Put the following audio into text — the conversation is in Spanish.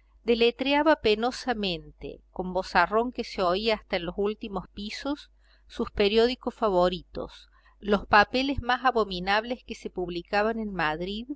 cochera deletreaba penosamente con vozarrón que se oía hasta en los últimos pisos sus periódicos favoritos los papeles más abominables que se publicaban en madrid